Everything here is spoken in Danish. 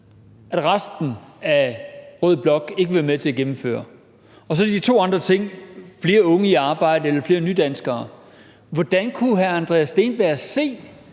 at resten af rød blok ikke vil være med til at gennemføre. Og så de andre ting: flere unge i arbejde eller flere nydanskere i arbejde. Hvordan kunne hr. Andreas Steenberg se,